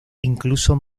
incluso